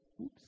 Oops